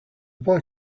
boy